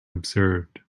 observed